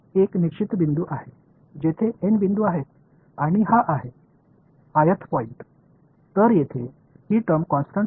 ஒரு நிலையான புள்ளி மற்றும் N புள்ளிகள் உள்ளன இது குறிப்பிட்ட புள்ளியை எடுக்கும்